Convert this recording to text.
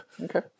Okay